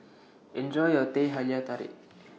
Enjoy your Teh Halia Tarik